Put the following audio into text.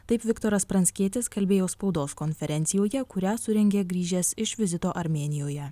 taip viktoras pranckietis kalbėjo spaudos konferencijoje kurią surengė grįžęs iš vizito armėnijoje